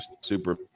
super